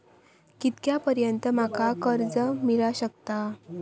कितक्या पर्यंत माका कर्ज मिला शकता?